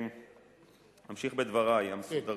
אמשיך בדברי המסודרים.